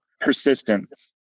persistence